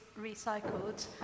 recycled